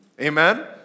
Amen